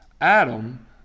Adam